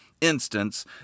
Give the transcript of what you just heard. instance